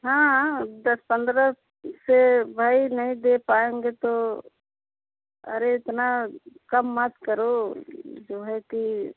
हाँ दस पंद्रह से भाई नहीं दे पाएँगे तो अरे इतना कम मत करो जो है कि